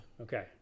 Okay